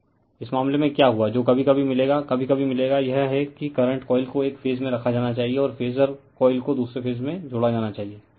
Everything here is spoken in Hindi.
रिफर स्लाइड टाइम 2853 इस मामले में क्या हुआ जो कभी कभी मिलेगा कभी कभी मिलेगा यह है कि करंट कॉइल को एक फेज में रखा जाना चाहिए और फेजर कोइल को दूसरे फेज में जोड़ा जाना चाहिए